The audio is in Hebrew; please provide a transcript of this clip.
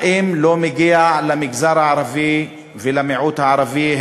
האם לא מגיע למגזר הערבי ולמיעוט הערבי,